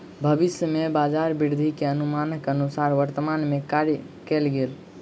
भविष्य में बजार वृद्धि के अनुमानक अनुसार वर्तमान में कार्य कएल गेल